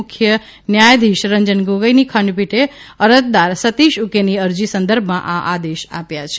મુખ્ય ન્યાથાધીશ રંજન ગોગોઇની ખંડપીઠે અરજદાર સતીષ ઉકેની અરજી સંદર્ભમાં આ આદેશ આપ્યા છે